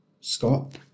Scott